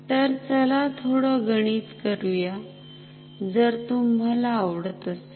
तर चला थोडं गणित करूया जर तुम्हाला आवडत असेल